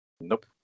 Nope